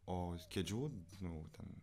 o kėdžių nu ten